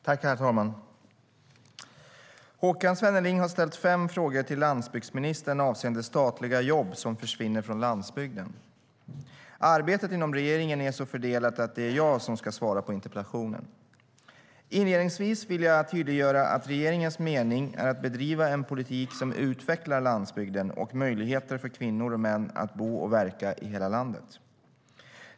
Herr talman! Håkan Svenneling har ställt fem frågor till landsbygdsministern avseende statliga jobb som försvinner från landsbygden. Arbetet inom regeringen är så fördelat att det är jag som ska svara på interpellationen. Inledningsvis vill jag tydliggöra att regeringens avsikt är att bedriva en politik som utvecklar landsbygden och möjligheterna för kvinnor och män att bo och verka i hela landet.